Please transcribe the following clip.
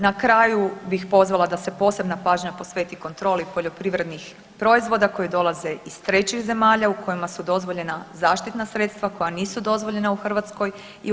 Na kraju bih pozvala da se posebna pažnja posveti kontroli poljoprivrednih proizvoda koji dolaze iz trećih zemalja u kojima su dozvoljena zaštitna sredstva koja nisu dozvoljena u Hrvatskoj i u EU.